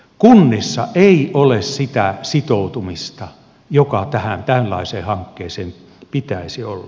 kunnissa ei ole sitä sitoutumista joka tällaiseen hankkeeseen pitäisi olla